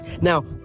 Now